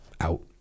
Out